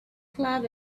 club